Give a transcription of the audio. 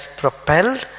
propelled